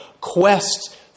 quest